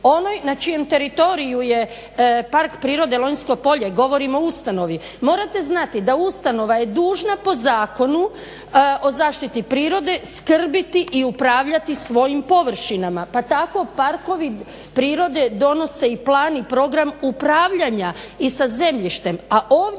Onoj na čijem teritoriju je Park prirode Lonjsko polje, govorimo o ustanovi. Morate znati da ustanova je dužna po Zakonu o zaštiti prirode skrbiti i upravljati svojim površinama, pa tako parkovi prirode donose i plan i program upravljanja i sa zemljištem,